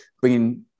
bringing